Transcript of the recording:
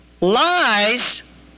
lies